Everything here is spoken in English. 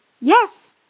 Yes